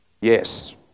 Yes